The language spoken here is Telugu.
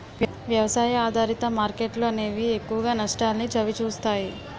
వ్యవసాయ ఆధారిత మార్కెట్లు అనేవి ఎక్కువగా నష్టాల్ని చవిచూస్తాయి